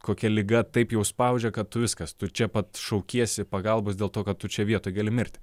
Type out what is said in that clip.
kokia liga taip jau spaudžia kad tu viskas tu čia pat šaukiesi pagalbos dėl to kad tu čia vietoj gali mirti